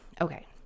okay